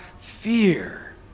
fear